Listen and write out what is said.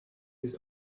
his